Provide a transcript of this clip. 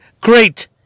Great